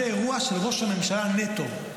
זה אירוע של ראש הממשלה נטו.